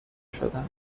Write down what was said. شدن